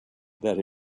that